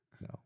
No